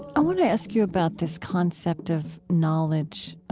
ah want to ask you about this concept of knowledge,